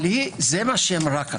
אבל זה מה שאמרה.